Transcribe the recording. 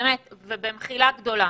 ובמחילה גדולה,